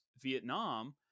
Vietnam